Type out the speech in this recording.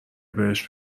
بهش